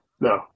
no